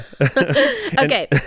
Okay